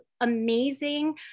amazing